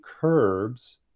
curbs